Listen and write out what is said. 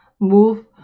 move